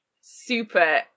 super